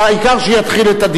אז אני, מה שאני מציע, כבוד